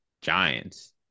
Giants